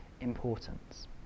importance